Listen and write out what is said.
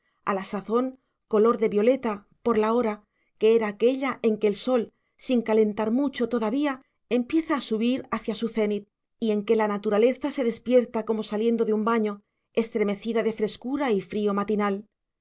a la sazón color de violeta por la hora que era aquella en que el sol sin calentar mucho todavía empieza a subir hacia su zenit y en que la naturaleza se despierta como saliendo de un baño estremecida de frescura y frío matinal